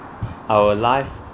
our life